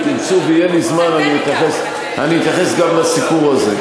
אם תרצו ויהיה לי זמן אני אתייחס גם לסיפור הזה.